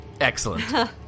Excellent